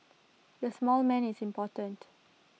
the small man is important